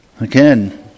Again